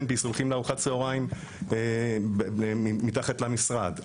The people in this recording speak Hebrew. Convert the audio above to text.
ביס הולכים לארוחת צוהריים מתחת למשרד,